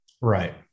Right